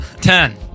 Ten